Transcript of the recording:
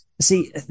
See